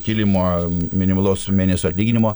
kilimo minimalaus mėnesinio atlyginimo